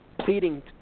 pleading